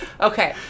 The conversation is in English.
Okay